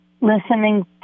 listening